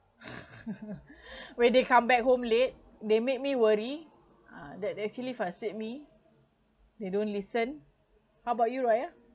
when they come back home late they made me worry uh that actually frustrate me they don't listen how about you raya